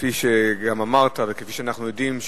כפי שאמרת וכפי שאנחנו גם יודעים,